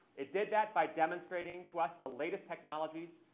it did that by demonstrating to us the latest technologies,